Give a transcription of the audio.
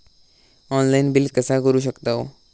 Online bill कसा करु शकतव?